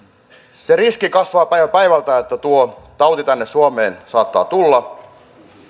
se riski kasvaa päivä päivältä että tuo tauti tänne suomeen saattaa tulla